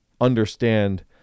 understand